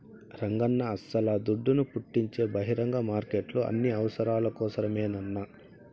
రంగన్నా అస్సల దుడ్డును పుట్టించే బహిరంగ మార్కెట్లు అన్ని అవసరాల కోసరమేనన్నా